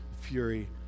fury